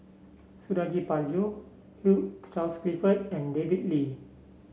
Suradi Parjo Hugh Charles Clifford and David Lee